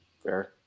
Fair